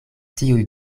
tiuj